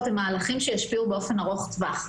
הם מהלכים שישפיעו באופן ארוך טווח.